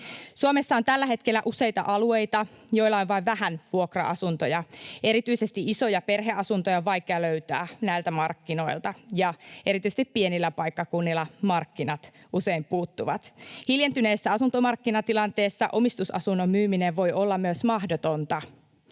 Suomessa on tällä hetkellä useita alueita, joilla on vain vähän vuokra-asuntoja. Erityisesti isoja perheasuntoja on vaikea löytää näiltä markkinoilta, ja erityisesti pienillä paikkakunnilla markkinat usein puuttuvat. Hiljentyneessä asuntomarkkinatilanteessa omistusasunnon myyminen voi myös olla mahdotonta.